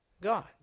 God